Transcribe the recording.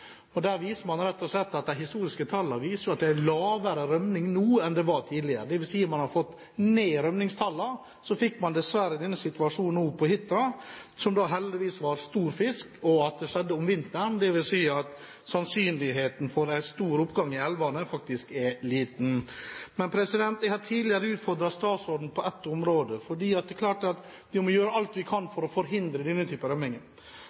at det historisk er lavere rømningstall nå enn det var tidligere, dvs. at man har fått ned rømningstallene. Så fikk man dessverre denne situasjonen på Hitra, men heldigvis var det stor fisk og det skjedde om vinteren, dvs. at sannsynligheten for en stor oppgang i elvene faktisk er liten. Jeg har tidligere utfordret statsråden på et område. Det er klart at vi må gjøre alt vi kan for å forhindre denne type